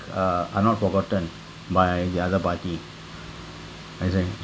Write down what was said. uh are not forgotten by the other party I think